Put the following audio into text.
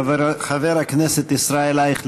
חבר הכנסת ישראל אייכלר,